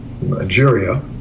Nigeria